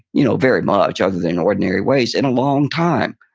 you know, very much, other than ordinary ways, in a long time,